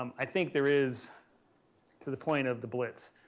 um i think there is to the point of the blitz,